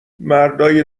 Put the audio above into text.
مردای